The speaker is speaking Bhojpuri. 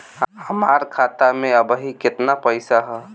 हमार खाता मे अबही केतना पैसा ह?